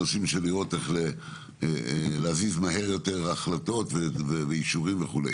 בנושאים של לראות איך להזיז מהר יותר החלטות ואישורים וכו'.